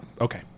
Okay